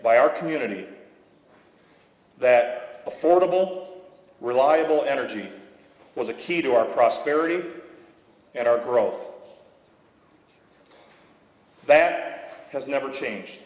by our community that affordable reliable energy was a key to our prosperity and our growth that has never changed